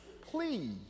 please